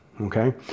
Okay